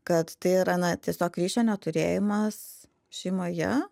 kad tai yra na tiesiog ryšio neturėjimas šeimoje